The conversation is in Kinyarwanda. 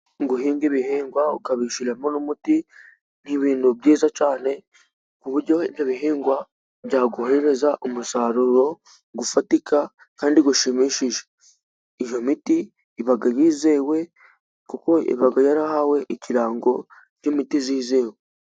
Guhinga ibihingwa ukabishyiramo n'umuti ni ibintu byiza cyane, ku buryo ibyo bihingwa byakohereza umusaruro ufatika kandi ushimishije, iyo miti iba yizewe kuko iba yarahawe ikirango cy'imitizi yizewe.